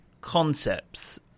concepts